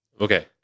Okay